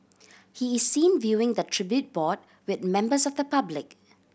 he is seen viewing the tribute board with members of the public